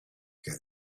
get